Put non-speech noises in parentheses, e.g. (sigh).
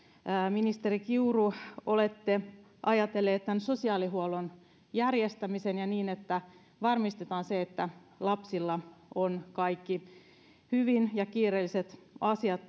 ministeri kiuru olette ajatellut tämän sosiaalihuollon järjestämisen niin että varmistetaan se että lapsilla on kaikki hyvin ja kiireelliset asiat (unintelligible)